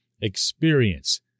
experience